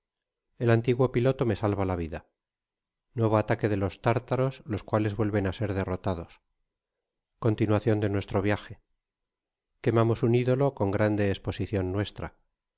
el antiguo piloto me salva la vida nuevo ataque de los tartaros los cuales vuelven a ser derrotados continuacion de nuestro viaje quemamos un ídolo con grande esposioion nuestra